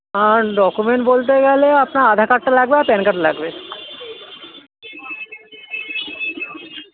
document বলতে গেলে আপনার আধার কার্ডটা লাগবে আর প্যান কার্ড লাগবে